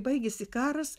baigėsi karas